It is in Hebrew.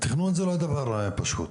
תכנון זה לא דבר פשוט,